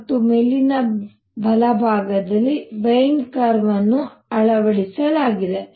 ಮತ್ತು ಮೇಲಿನ ಬಲಭಾಗದಲ್ಲಿ ವಿಯೆನ್ ಕರ್ವ್ ಅನ್ನು ಅಳವಡಿಸಲಾಗಿದೆ